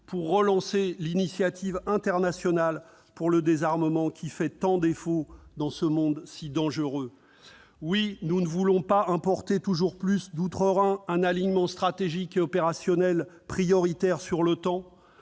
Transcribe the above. pour relancer l'initiative internationale en faveur du désarmement, qui fait tant défaut dans ce monde si dangereux ? Oui, nous refusons d'importer toujours plus d'outre-Rhin un alignement stratégique et opérationnel prioritaire sur l'OTAN